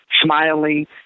smiling